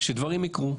שדברים יקרו.